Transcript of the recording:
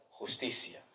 justicia